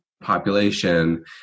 population